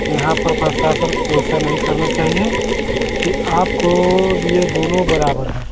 यहाँ पर प्रशासन को ऐसा नहीं करना चाहिए कि आपके लिए दोनों बराबर हैं